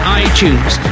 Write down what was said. iTunes